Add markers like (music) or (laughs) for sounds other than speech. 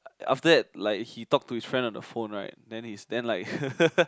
after that like he talk to his friend on the phone right then he's then like (laughs)